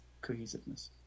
cohesiveness